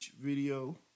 video